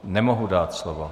Nemohu dát slovo.